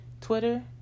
Twitter